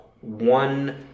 one